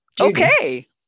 Okay